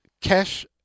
cash